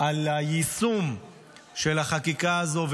על היישום של החקיקה הזו,